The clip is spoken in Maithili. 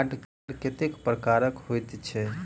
कार्ड कतेक प्रकारक होइत छैक?